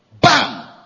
Bam